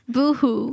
Boohoo